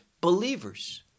believers